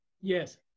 Yes